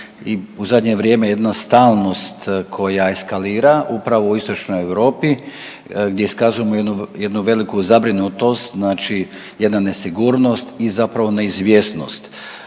i u zadnje vrijeme jednostavnost koja eskalira upravo u Istočnoj Europi gdje iskazujemo jednu veliku zabrinutost, znači jedna nesigurnost i zapravo neizvjesnost.